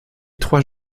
trois